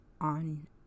on